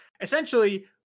Essentially